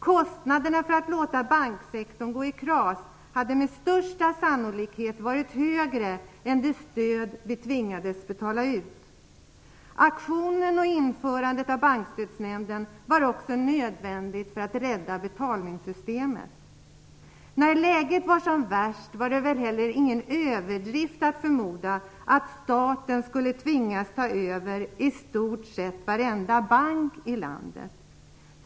Kostnaderna för att låta banksektorn gå i kras hade med största sannolikhet varit högre än de stöd vi tvingades betala ut. Den nämnda aktionen och införandet av Bankstödsnämnden var också nödvändiga åtgärder för att rädda betalningssystemet. När läget var som värst var det väl heller ingen överdrift att förmoda att staten skulle tvingas ta över i stort sett varenda bank i landet.